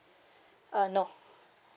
uh no